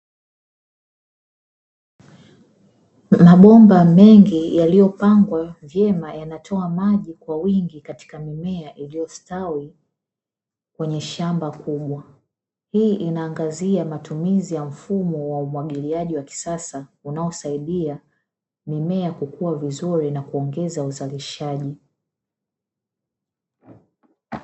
Mabomba mengi yaliopangwa vyema yanatoa maji kwa wingi katika mimea iliyostawi kwenye shamba kubwa, hii inaangazia matumizi ya mfumo wa umwagiliaji wa kisasa unaosaidia mimea kukua vizuri na kuongeza uzalishaji.